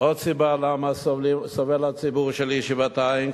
עוד סיבה למה סובל הציבור שלי שבעתיים,